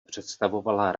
představovala